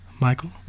Michael